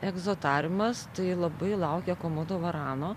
egzotariumas tai labai laukia komodo varano